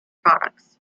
products